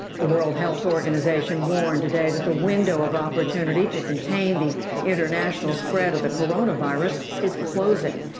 the world health organization warned today that the window of opportunity to contain the international spread of the coronavirus is closing.